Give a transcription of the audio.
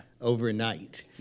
overnight